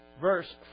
verse